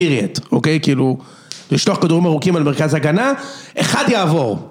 אוקיי כאילו לשלוח כדורים ארוכים על מרכז הגנה אחד יעבור